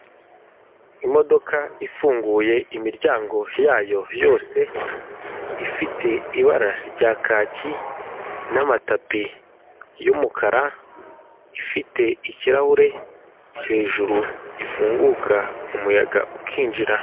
Imodoka ifunguye imiryango yayo yose ifite ibara rya kaki n'amatapi y'umukara ifite ikirahure hejuru gifunguka umuyaga ukinjira.